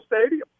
stadium